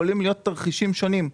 יכולים להיות תרחישים שונים,